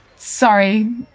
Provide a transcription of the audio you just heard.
Sorry